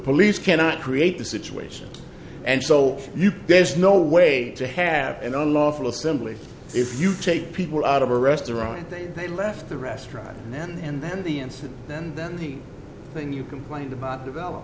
police cannot create the situation and so you there's no way to have an unlawful assembly if you take people out of a restaurant that they left the restaurant and then the incident and then the thing you complained about develop